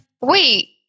wait